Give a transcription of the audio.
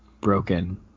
broken